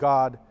God